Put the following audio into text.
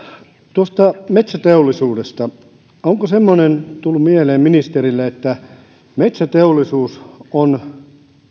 tuosta metsäteollisuudesta onko semmoinen tullut mieleen ministerille että metsäteollisuus on